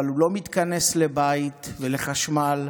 אבל הוא לא מתכנס לבית, לחשמל,